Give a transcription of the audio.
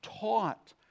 taught